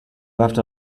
left